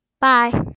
Bye